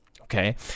Okay